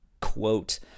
quote